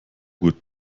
gut